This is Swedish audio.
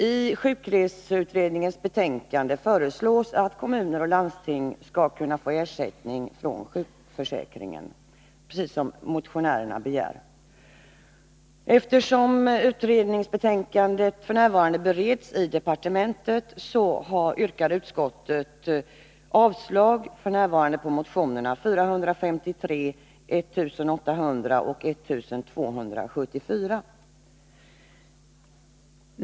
I sjukreseutredningens betänkande föreslås att kommuner och landsting skall kunna få ersättning från sjukförsäkringen, precis som motionärerna begär. Eftersom utredningsbetänkandet f. n. bereds i departementet yrkar utskottet avslag på motionerna 453, 1800 och 1274.